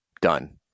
done